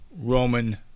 Roman